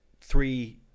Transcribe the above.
three